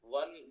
one